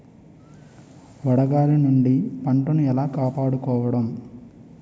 వడగాలి నుండి పంటను ఏలా కాపాడుకోవడం?